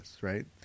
Right